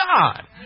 God